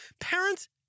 Parents